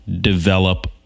develop